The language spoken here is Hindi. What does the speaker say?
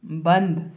बंद